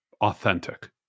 authentic